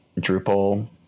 Drupal